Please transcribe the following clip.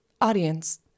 audience